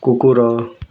କୁକୁର